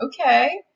okay